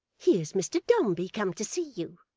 here's mr dombey come to see you.